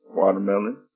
watermelon